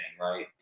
right